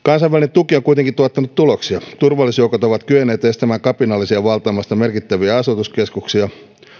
tuki onkin tuottanut tuloksia turvallisuusjoukot ovat kyenneet estämään kapinallisia valtaamasta merkittäviä asutuskeskuksia